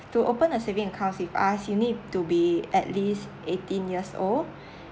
to open a saving accounts with us you need to be at least eighteen years old